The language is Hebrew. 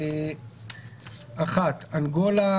אנגולה,